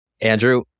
Andrew